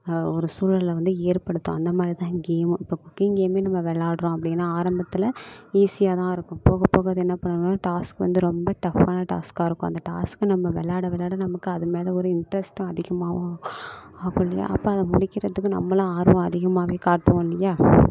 ஒரு சூழல்ல வந்து ஏற்படுத்தும் அந்தமாதிரி தான் கேமும் இப்போ குக்கிங் கேம்மையும் நம்ம விளையாட்றோம் அப்படினா ஆரம்பத்தில் ஈஸியாக தான் இருக்கும் போக போக அது என்ன பண்ணணுன்னா டாஸ்க் வந்து ரொம்ப டஃபான டாஸ்க்காக இருக்கும் அந்த டாஸ்க் நம்ம விளையாட விளையாட நமக்கு அது மேலே ஒரு இன்ட்ரெஸ்ட்டும் அதிகமாகும் அப்படி அப்போ அதை முடிக்கிறதுக்கு நம்மளும் ஆர்வம் அதிகமாகவே காட்டுவோம் இல்லையா